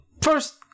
first